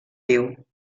viu